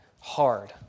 hard